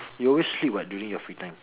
you always sleep [what] during your free time